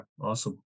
awesome